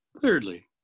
thirdly